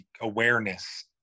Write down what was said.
awareness